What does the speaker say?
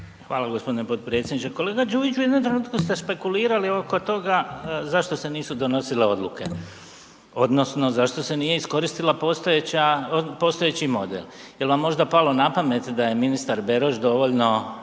Hvala gospodine potpredsjedniče. Kolega Đujić, u jednom trenutku ste spekulirali oko toga zašto se nisu donosile odluke odnosno zašto se nije iskoristio postojeći model. Jel vam možda palo na pamet da je ministar Beroš dovoljno